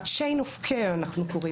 אם הרצף לא קיים